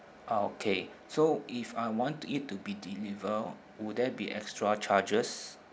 ah okay so if I want it to be deliver would there be extra charges